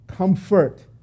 Comfort